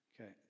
Okay